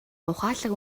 ухаалаг